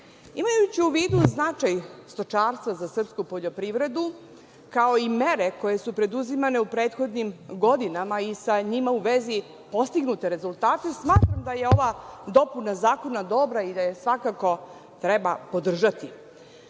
u vidu značaj stočarstva za srpsku poljoprivredu, kao i mere koje su preduzimane u prethodnim godinama i sa njima u vezi postignute rezultate, smatram da je ova dopuna zakona dobra i da je svakako treba podržati.